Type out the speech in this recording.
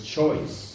choice